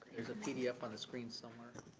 there's a pdf on the screen somewhere.